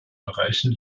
bereichen